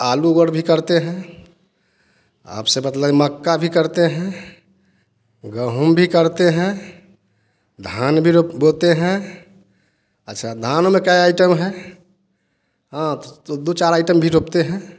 आलू गोड़ भी करते हैं आप से बतला दे मक्का भी करते हैं गेहूँ भी करते हैं धान भी रोप बोते हैं अच्छा धान में कई आइटम हैं हँ तो दो चार आइटम भी रोपते हैं